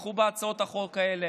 תתמכו בהצעות החוק האלה